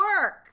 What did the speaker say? work